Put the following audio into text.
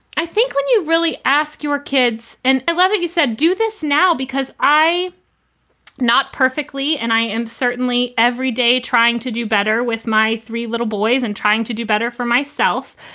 i think when you really ask your kids and i love that you said do this now because i am not perfectly and i am certainly every day trying to do better with my three little boys and trying to do better for myself.